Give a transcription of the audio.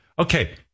Okay